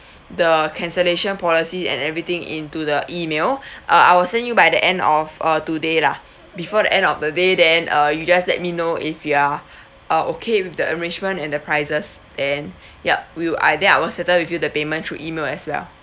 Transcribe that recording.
the cancellation policy and everything into the email uh I will send you by the end of uh today lah before the end of the day then uh you just let me know if you are uh okay with the arrangement and the prices then yup we'll I then I will settle with you the payment through email as well